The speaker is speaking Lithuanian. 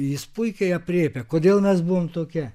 jis puikiai aprėpia kodėl mes buvom tokie